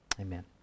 Amen